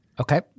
Okay